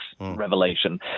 Revelation